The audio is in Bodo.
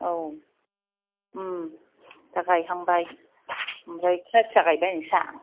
औ उम दा गायहांबाय आमफ्राय खासिया गायबाय नोंस्रा